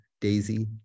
daisy